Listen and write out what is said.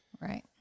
Right